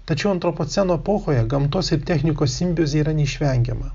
tačiau antropoceno epochoje gamtos ir technikos simbiozė yra neišvengiama